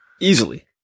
easily